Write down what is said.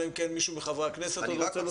אלא אם כן מישהו מחברי הכנסת עוד רוצה להוסיף.